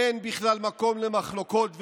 אין בכלל מקום למחלוקות וויכוחים,